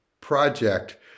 project